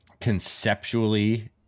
conceptually